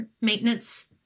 maintenance